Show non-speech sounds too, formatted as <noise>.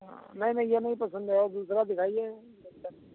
हाँ नहीं नहीं ये नहीं पसंद है और दूसरा दिखाइए <unintelligible>